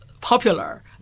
popular